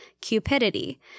cupidity